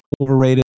overrated